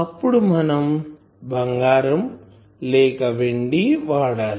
అప్పుడు మనం బంగారం లేక వెండి వాడాలి